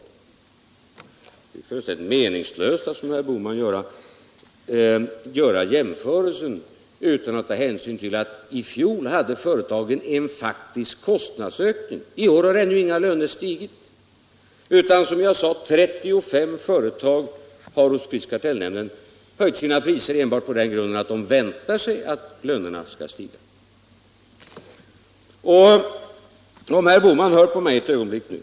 Det är fullständigt meningslöst att, som herr Bohman, göra jämförelsen utan att ta hänsyn till att företagen i fjol hade en faktisk kostnadsökning. I år har ännu inga löner stigit, utan 35 företag har, som jag sade, hos prisoch kartellnämnden höjt sina priser enbart på den grunden att de väntar sig att lönerna skall stiga. Vill herr Bohman höra på mig ett ögonblick nu?